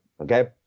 Okay